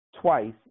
twice